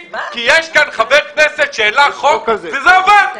כי יש כאן חבר כנסת שהעלה חוק והוא עבר.